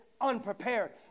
unprepared